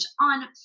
on